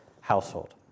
household